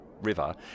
River